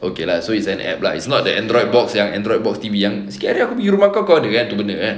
okay lah so it's an app~ lah it's not the Android box yang Android box T_V yang sikit hari aku pergi rumah kau kau ada kan tu benda kan